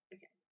Okay